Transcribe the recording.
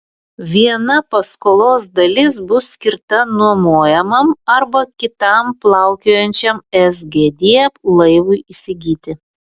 viena paskolos dalis bus skirta nuomojamam arba kitam plaukiojančiam sgd laivui įsigyti